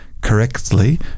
correctly